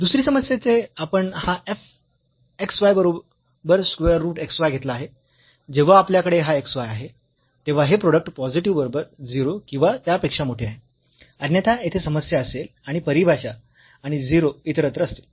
दुसरी समस्या येथे आपण हा f xy बरोबर स्क्वेअर रूट x y घेतला आहे जेव्हा आपल्याकडे हा xy आहे तेव्हा हे प्रोडक्ट पॉझिटिव्ह बरोबर 0 किंवा त्यापेक्षा मोठे आहे अन्यथा येथे समस्या असेल आणि परिभाषा आणि 0 इतरत्र असतील